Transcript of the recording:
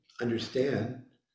understand